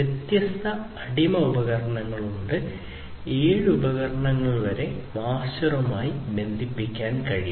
വ്യത്യസ്ത അടിമ ഉപകരണങ്ങൾ ഉണ്ട് 7 ഉപകരണങ്ങൾ വരെ മാസ്റ്ററുമായി ബന്ധിപ്പിക്കാൻ കഴിയും